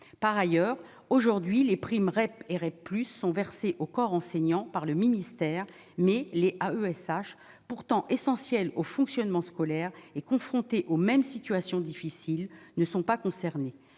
par ailleurs aujourd'hui les primes Rep et Rep plus sont versés au corps enseignant par le ministère, mais les AESH pourtant essentiels au fonctionnement scolaire est confrontée aux mêmes situations difficiles ne sont pas concernés